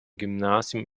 gymnasium